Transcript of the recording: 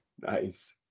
Nice